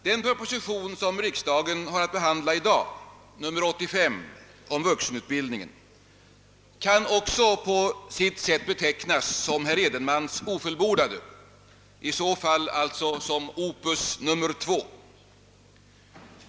Den proposition som riksdagen har att behandla i dag, nr 85, om vuxenutbildningen kan också på sitt sätt betecknas som »herr Edenmans ofullbordade», i så fall alltså som opus nr 2.